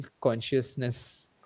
consciousness